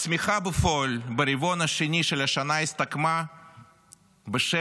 הצמיחה בפועל ברבעון השני של השנה הסתכמה ב-0.7%.